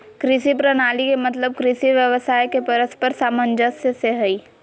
कृषि प्रणाली के मतलब कृषि व्यवसाय के परस्पर सामंजस्य से हइ